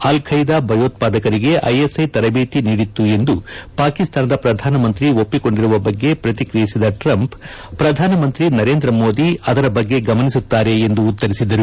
ಆಲ್ವೈದ ಭಯೋತ್ವಾದಕರಿಗೆ ಐಎಸ್ಐ ತರಬೇತಿ ನೀಡಿತ್ತು ಎಂದು ಪಾಕಿಸ್ನಾನದ ಪ್ರಧಾನ ಮಂತ್ರಿ ಒಪ್ಸಿಕೊಂಡಿರುವ ಬಗ್ಗೆ ಪ್ರತಿಕ್ರಿಯಿಸಿದ ಟ್ರಂಪ್ ಪ್ರಧಾನ ಮಂತ್ರಿ ಮೋದಿ ಅದರ ಬಗ್ಗೆ ಗಮನಿಸುತ್ತಾರೆ ಎಂದು ಉತ್ತರಿಸಿದರು